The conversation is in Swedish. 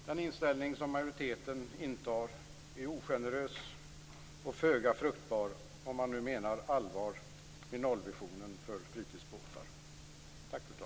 Den inställning som majoriteten intar är ogenerös och föga fruktbar om man nu menar allvar med nollvisionen för fritidsbåtarna.